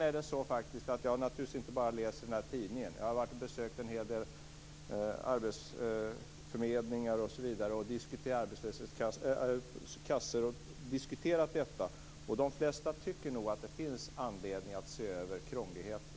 Jag läser naturligtvis inte bara den här tidningen. Jag har besökt en hel del arbetsförmedlingar och kassor och diskuterat detta. De flesta tycker nog att det finns anledning att se över krångligheten.